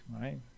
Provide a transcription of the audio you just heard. Right